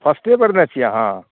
फर्स्टे बेर ने छी अहाँ